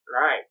Right